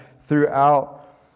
throughout